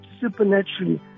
Supernaturally